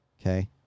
Okay